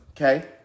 okay